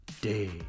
day